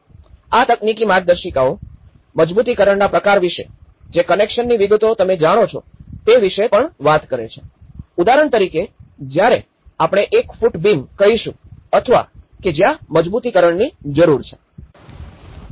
આ તકનીકી માર્ગદર્શિકાઓ મજબૂતીકરણના પ્રકાર વિશે જે કનેક્શનની વિગતો તમે જાણો છો તે વિશે પણ વાત કરે છે ઉદાહરણ તરીકે જ્યારે આપણે એક ફુટ બીમ કહીશું અથવા કે જ્યાં મજબૂતીકરણ જરૂર છે